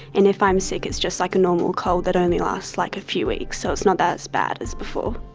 and if i'm sick it's just like a normal cold that only lasts like a few weeks, so it's not as so bad as before.